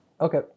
Okay